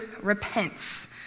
repents